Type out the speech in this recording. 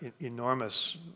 enormous